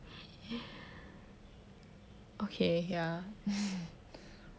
okay ya